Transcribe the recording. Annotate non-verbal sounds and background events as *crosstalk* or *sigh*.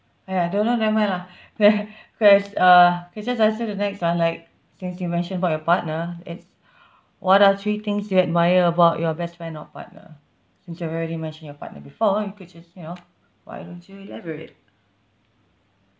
!aiya! don't know never mind lah que~ ques~ uh okay just answer the next ah like since you mentioned about your partner it's *breath* what are three things you admire about your best friend or partner since you've already mentioned your partner before you could just you know why don't you elaborate